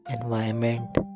environment